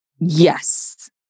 Yes